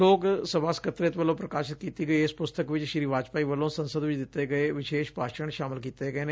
ਲੋਕ ਸਭਾ ਸਕੱਤਰੇਤ ਵਲੋਂ ਪ੍ਰਕਾਸ਼ਿਤ ਕੀਤੀ ਗਈ ਇਸ ਪੁਸਤਕ ਵਿਚ ਸ੍ਰੀ ਵਾਜਪਾਈ ਵੱਲੋਂ ਸੰਸਦ ਵਿਚ ਦਿੱਤੇ ਗਏ ਵਿਸ਼ੇਸ਼ ਭਾਸ਼ਣ ਸ਼ਾਮਲ ਕੀਤੇ ਗਏ ਨੇ